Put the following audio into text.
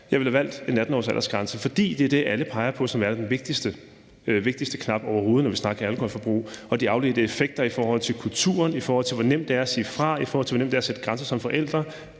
jeg ville have valgt en 18-årsaldersgrænse, fordi det er det, alle peger på som den vigtigste knap overhovedet, når vi snakker alkoholforbrug og de afledte effekter i forhold til kulturen, i forhold til hvor nemt det er at sige fra, i forhold til hvor nemt det er at sætte grænser som forældre,